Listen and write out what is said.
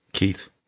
Keith